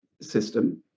system